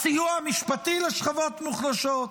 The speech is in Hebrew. הסיוע המשפטי לשכבות מוחלשות,